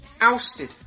ousted